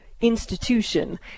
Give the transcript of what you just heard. Institution